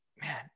Man